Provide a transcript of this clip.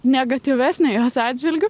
negatyvesnė jos atžvilgiu